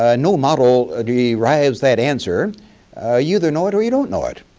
ah no model derives that answer. ah you either know it or you don't know it.